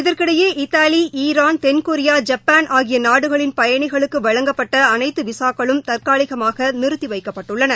இதற்கிடையே Italy Iran தென்கொரியா Japan ஆகிய நாடுகளின் பயணிகளுக்கு வழங்கப்பட்ட அனைத்து விசாக்களும் தற்காலிகமாக நிறுத்தி வைக்கப்பட்டுள்ளன